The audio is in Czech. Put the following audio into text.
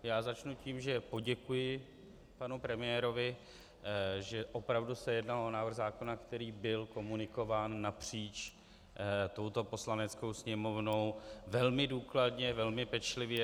Ale začnu tím, že poděkuji panu premiérovi, že opravdu se jednalo o návrh zákona, který byl komunikován napříč touto Poslaneckou sněmovnou velmi důkladně, velmi pečlivě.